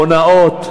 הונאות,